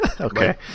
Okay